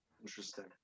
Interesting